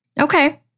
Okay